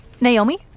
Naomi